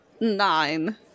Nine